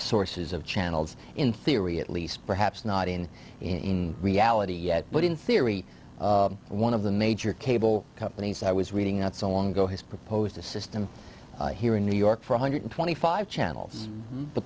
sources of channels in theory at least perhaps not in in reality yet but in theory one of the major cable companies i was reading out so long ago has proposed a system here in new york for a one hundred and twenty five channels